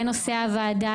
זה נושא הוועדה,